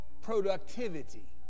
productivity